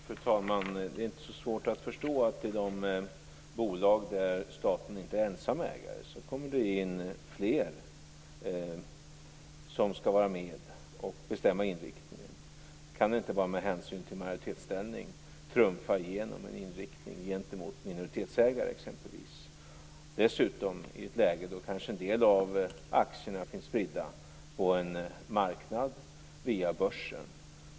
Fru talman! Det är inte så svårt att förstå att det kommer in fler som skall vara med och bestämma inriktningen i de bolag där staten inte är ensam ägare. Man kan inte bara med hänsyn till majoritetsställningen trumfa igenom en inriktning gentemot minoritetsägare exempelvis, dessutom i ett läge då en del av aktierna kanske finns spridda på en marknad via börsen.